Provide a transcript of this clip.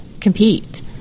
compete